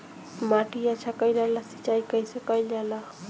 माटी अच्छा कइला ला सिंचाई कइसे कइल जाला?